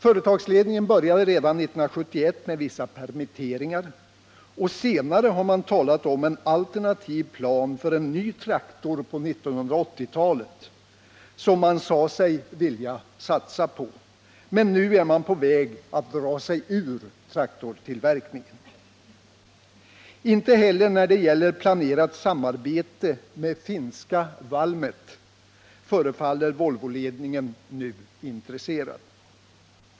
Företagsledningen började redan 1971 med vissa permitteringar, och senare har man talat om en alternativ plan för en ny traktor på 1980-talet, som man sade sig vilja satsa på, men nu är man på väg att dra sig ur traktortillverkningen. Inte heller när det gäller planerat samarbete med finska Valmet förefaller Volvoledningen nu intresserad.